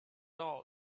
all